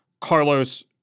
Carlos